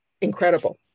incredible